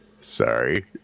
sorry